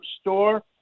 Store